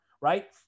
right